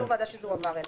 יו"ר ועדה שזה הועבר אליה.